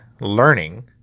learning